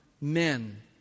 men